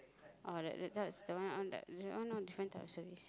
or that that that type of that one all different type of service